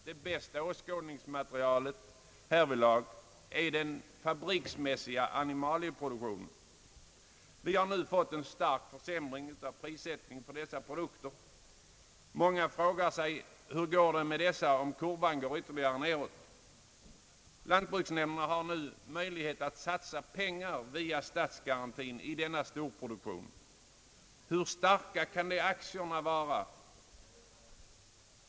Det bästa åskådningsmaterialet härvidlag är den fabriksmässiga animalieproduktionen. Vi har nu fått en stark försämring av prissättningen på dessa produkter. Många frågar sig: Hur går det om kurvan går ytterligare neråt? Lantbruksnämnderna har nu möjlighet att satsa pengar via statsgarantin i denna storproduktion. Hur starka kan de »aktierna» vara?